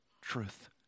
truth